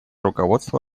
руководство